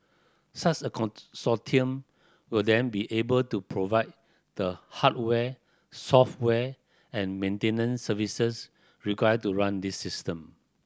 such a consortium will then be able to provide the hardware software and maintenance services required to run this system